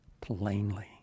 plainly